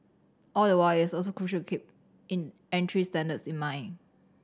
all the while it is also crucial keep entry standards in mind